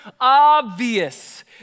obvious